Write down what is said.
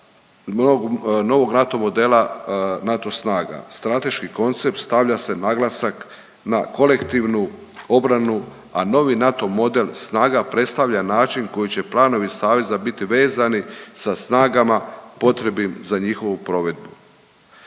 novog NATO modela NATO snaga. Strateški koncept stavlja se naglasak na kolektivnu obranu, a novi NATO model snaga predstavlja način koji će planovi saveza biti vezani sa snagama potrebnim za njihovu provedbu.